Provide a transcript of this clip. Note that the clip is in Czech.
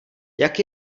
jak